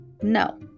No